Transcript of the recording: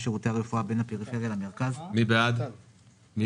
מי בעד ההסתייגות?